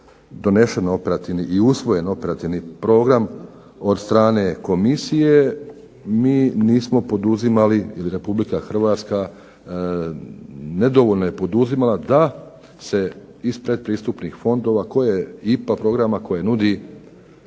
donesen operativni i usvojen operativni program od strane komisije, mi nismo poduzimali ili Republika Hrvatska, nedovoljno je poduzimala da se iz pretpristupnih fondova, IPA programa koje nudi